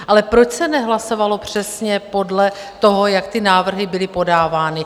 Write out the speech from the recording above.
Ale proč se nehlasovalo přesně podle toho, jak ty návrhy byly podávány?